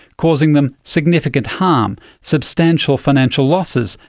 causing them significant harm, substantial financial losses,